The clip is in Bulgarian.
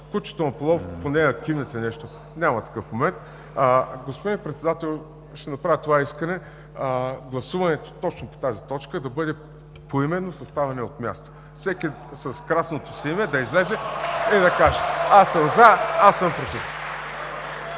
искате, нали? (Неразбираем израз.) Няма такъв момент. Господин Председател, ще направя това искане – гласуването точно по тази точка да бъде поименно със ставане от място. Всеки с красното си име да излезе и да каже: аз съм „за“, аз съм „против“.